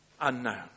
unknown